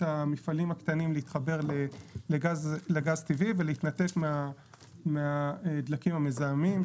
המפעלים הקטנים להתחבר לגז טבעי ולהתנתק מהדלקים המזהמים,